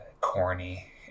corny